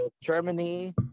germany